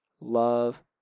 love